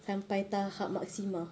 sampai tahap maksima